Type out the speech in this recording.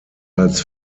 als